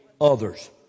others